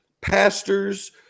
pastors